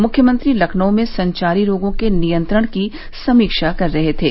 मुख्यमंत्री लखनऊ में संचारी रोगों के नियंत्रण की समीक्षा कर रहे थे